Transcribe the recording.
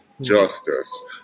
justice